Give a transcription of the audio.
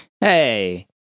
Hey